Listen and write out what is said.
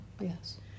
Yes